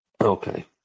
Okay